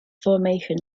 formation